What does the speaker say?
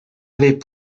avait